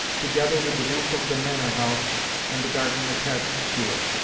together with the roof of the manor-house and the garden attached to it.